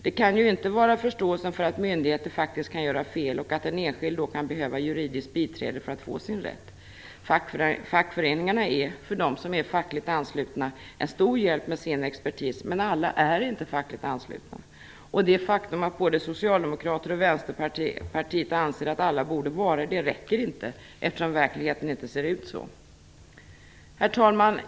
Det kan ju inte vara förståelsen för att myndigheter faktiskt kan göra fel och att en enskild då kan behöva juridiskt biträde för att få sin rätt. Fackföreningarna är, för dem som är fackligt anslutna, en stor hjälp med sin expertis. Men alla är inte fackligt anslutna. Det faktum att både Socialdemokraterna och Vänsterpartiet anser att alla borde vara det räcker inte, eftersom verkligheten inte ser ut så. Herr talman!